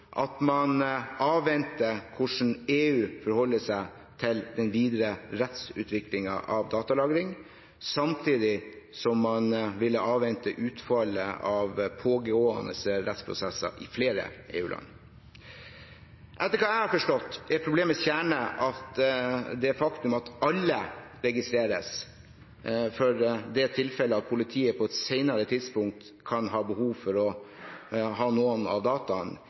at man avventer hvordan EU forholder seg til den videre rettsutviklingen av datalagring, samtidig som man ville avvente utfallet av pågående rettsprosesser i flere EU-land. Etter hva jeg har forstått, er problemets kjerne at det faktum at alle registreres for det tilfellet at politiet på et senere tidspunkt kan ha behov for noen av dataene,